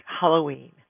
Halloween